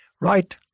Right